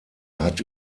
hat